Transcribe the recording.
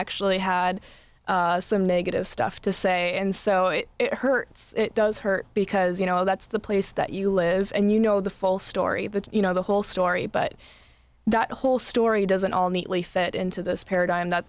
actually had some negative stuff to say and so it hurts it does hurt because you know that's the place that you live and you know the full story that you know the whole story but that whole story doesn't all neatly fit into this paradigm that